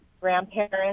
grandparents